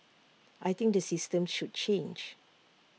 I think the system should change